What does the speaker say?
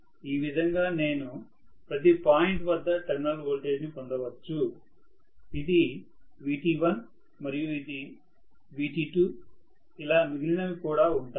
ఈ విధంగా నేను ప్రతి పాయింట్ వద్ద టెర్మినల్ వోల్టేజ్ ని పొందవచ్చు ఇది Vt1 మరియు బహుశా ఇది Vt2 ఇలా మిగిలినవి కూడా ఉంటాయి